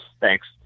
Thanks